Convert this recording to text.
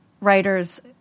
writers